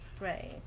right